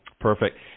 perfect